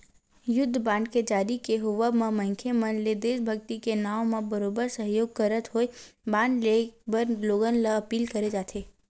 युद्ध बांड के जारी के होवब म मनखे मन ले देसभक्ति के नांव म बरोबर सहयोग करत होय बांड लेय बर लोगन ल अपील करे जाथे